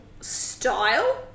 style